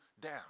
down